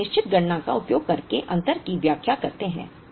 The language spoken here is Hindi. हम एक निश्चित गणना का उपयोग करके अंतर की व्याख्या करते हैं